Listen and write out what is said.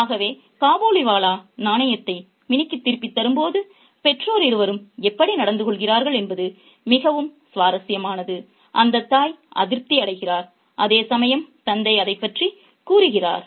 ஆகவே காபூலிவாலா நாணயத்தை மினிக்குத் திருப்பித் தரும்போது பெற்றோர் இருவரும் எப்படி நடந்துகொள்கிறார்கள் என்பது மிகவும் சுவாரஸ்யமானது அந்த தாய் அதிருப்தி அடைகிறார் அதேசமயம் தந்தை அதைப் பற்றிக் கூறுகிறார்